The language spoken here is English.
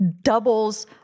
doubles